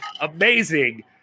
amazing